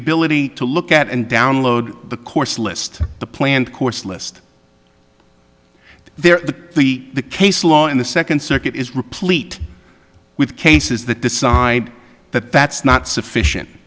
ability to look at and download the course list the planned course list there the the the case law in the second circuit is replete with cases that decide that that's not sufficient